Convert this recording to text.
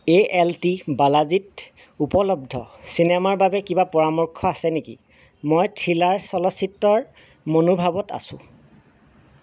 এ L T বালাজীত উপলব্ধ চিনেমাৰ বাবে কিবা পৰামৰ্শ আছে নেকি মই থ্ৰিলাৰ চলচ্চিত্ৰৰ মনোভাৱত আছো